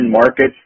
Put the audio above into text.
markets